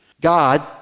God